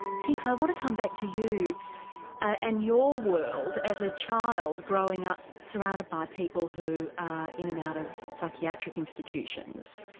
and tynx, i want to come back to you and your world as a child growing up surrounded by people who are in and out of psychiatric institutions.